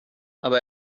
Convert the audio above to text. aber